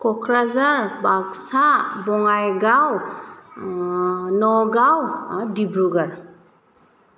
Kokrajhar Baksa Bongaigaon Nagaon Dibrugarh